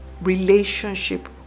relationship